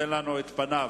החוק.